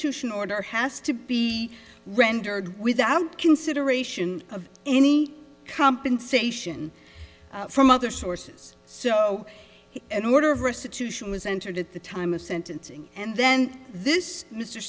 ution order has to be rendered without consideration of any compensation from other sources so an order of restitution was entered at the time of sentencing and then this mr